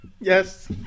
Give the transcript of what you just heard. Yes